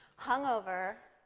hungover,